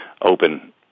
open